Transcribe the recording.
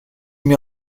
mir